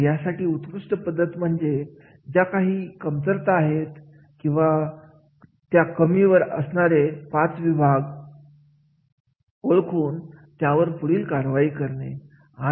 तर यासाठी उत्कृष्ट पद्धत म्हणजे ज्या काही कमतरता आहेत किंवा कमीवर असणारे पाच विभाग ओळखून त्यावर पुढील कारवाई करावी